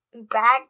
back